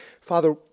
Father